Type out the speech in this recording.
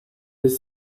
les